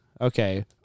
Okay